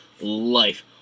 life